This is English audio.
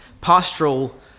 pastoral